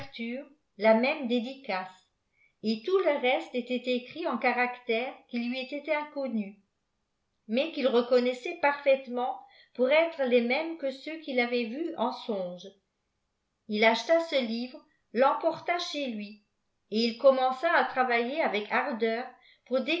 la même dédicace et tout le reste était écrit en catidesqui lui étaient inconnus mais qu'il reconnaissait parfaitesdentpeiiir èti lesmames que ceux qu'il avait vus en songe il aeheta oelivre l'emporta diez lui et il commença à travailler ive asdeiir